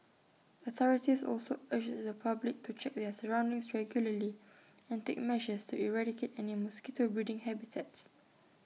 authorities also urge the public to check their surroundings regularly and take measures to eradicate any mosquito breeding habitats